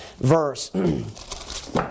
verse